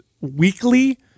weekly